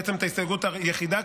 בעצם את ההסתייגות היחידה,